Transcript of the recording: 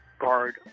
guard